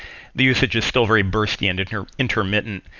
the usage is still very bursty and intermittent.